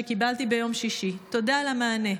שקיבלתי ביום שישי: תודה על המענה.